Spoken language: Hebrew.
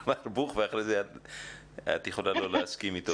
למר בוך ואחרי כן את יכולה לא להסכים איתו.